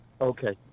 Okay